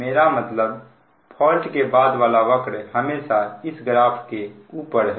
मेरा मतलब फॉल्ट के बाद वाला वक्र हमेशा इस ग्राफ के ऊपर है